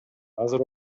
азыр